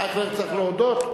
וייכנס לספר החוקים של מדינת ישראל.